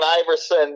Iverson